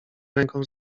ręką